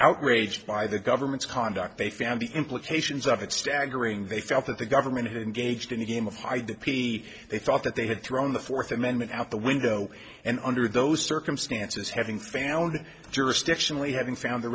outraged by the government's conduct they found the implications of it staggering they felt that the government in gauged in the game of hide the pea they thought that they had thrown the fourth amendment out the window and under those circumstances having found jurisdictionally having found the